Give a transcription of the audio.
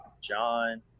John